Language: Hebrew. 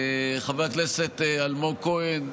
חבר הכנסת אלמוג כהן,